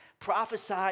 Prophesy